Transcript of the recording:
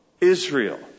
Israel